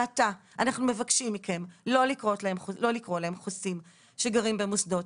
אנחנו מבקשים מכם לא לקרוא להם חוסים שגרים במוסדות.